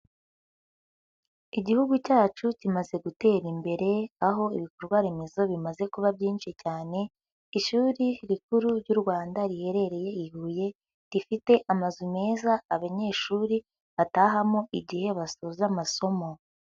Igihugu cyacu kimaze gutera imbere, aho ibikorwa remezo bimaze kuba byinshi cyane, ishuri rikuru ry'u Rwanda riherereye i Huye, rifite amazu meza abanyeshuri batahamo igihe basoza amasomo.